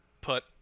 put